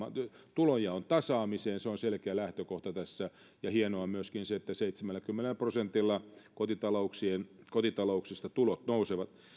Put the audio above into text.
tulojaon tasaamiseen se on selkeä lähtökohta tässä hienoa on myöskin se että seitsemälläkymmenellä prosentilla kotitalouksista kotitalouksista tulot nousevat